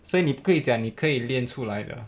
所以你不可以讲你可以练出来的